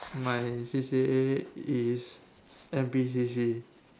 my C_C_A is N_P_C_C